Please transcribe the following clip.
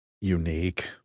unique